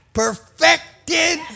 perfected